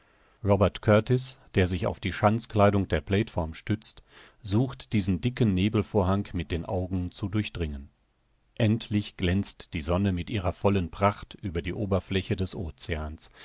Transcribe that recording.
robert kurtis der sich auf die schanzkleidung der plateform stützt sucht diesen dicken nebelvorhang mit den augen zu durchdringen endlich glänzt die sonne mit ihrer vollen pracht über die oberfläche des oceans